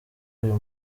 uyu